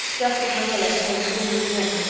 just as marilla came grimly in,